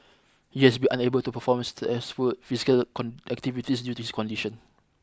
he has been unable to perform stressful physical activities due to his condition